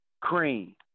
Cream